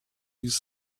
with